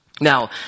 Now